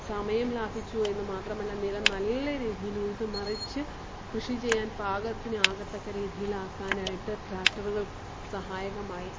സമയം ലാഭിച്ചു എന്നു മാത്രമല്ല നിലം നല്ല രീതിയിൽ ഉഴുതു മറിച്ച് കൃഷി ചെയ്യാൻ പാകത്തിന് ആകത്തക്ക രീതിയിൽ ആക്കാനായിട്ട് ട്രാക്ടറുകൾ സഹായകമായി